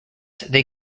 they